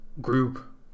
group